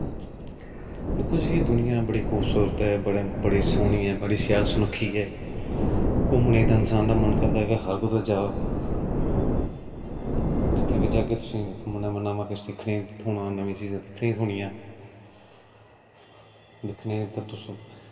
दिक्खो जी दूनिया बड़ी खूबसूरत ऐ बड़ी सोह्नी ऐ बड़ी शैल सनक्खी ऐ घुम्मनै ई डनसर मानसर ते हर जगह जाओ जित्थें बी जाह्गे तुसेंगी नमां नमां किश सिक्खने गी थ्होना नमीं नमीं चीजां दिक्खने गी थ्होनियां दिक्खने ते तुसें